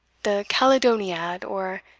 the caledoniad or,